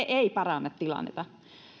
ei paranna tilannetta